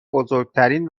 بزرگترین